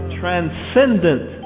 transcendent